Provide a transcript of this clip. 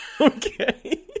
okay